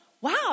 wow